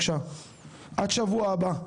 עד שבוע הבא,